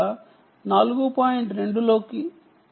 2 లో 3 కి పరిమితం చేయబడ్డాయి